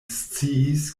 sciis